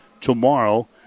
tomorrow